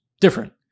different